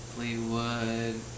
Fleetwood